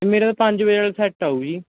ਮੇਰਾ ਤਾਂ ਪੰਜ ਵਜੇ ਵਾਲਾ ਸੈੱਟ ਆਊ ਜੀ